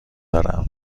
دارم